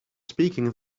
speaking